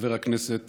חבר הכנסת